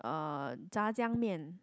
uh Jia-Jiang-Mian